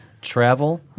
travel